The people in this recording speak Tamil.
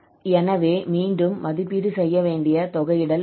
எனவே மீண்டும் மதிப்பீடு செய்ய வேண்டிய தொகையிடல் உள்ளது